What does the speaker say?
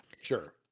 Sure